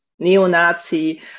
neo-Nazi